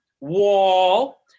Wall